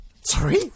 Sorry